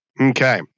Okay